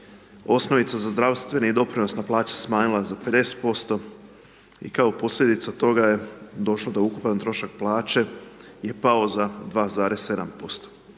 osnovica za zdravstveni i doprinos na plaće smanjila za 50% i kao posljedica toga je došlo da ukupan trošak plaće je pao za 2,7%